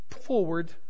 forward